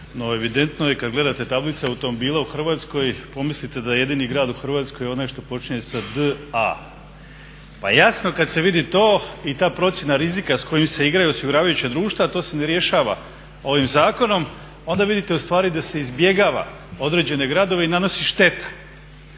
No evidentno je kad gledate tablice automobila u Hrvatskoj pomislite da je jedini grad u Hrvatskoj onaj što počinje sa DA. Pa jasno kad se vidi to i ta procjena rizika s kojim se igraju osiguravajuća društva, a to se ne rješava ovim zakonom, onda vidite ustvari da se izbjegava određene gradove i nanosi šteta